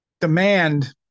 demand